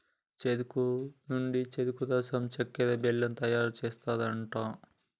చెరుకు నుండి చెరుకు రసం చెక్కర, బెల్లం తయారు చేస్తాండ్లు